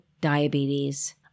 diabetes